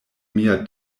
mia